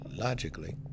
Logically